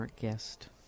guest